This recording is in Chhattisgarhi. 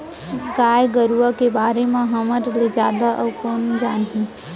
गाय गरूवा के बारे म हमर ले जादा अउ कोन जानही